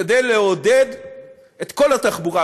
כדי לעודד את כל התחבורה,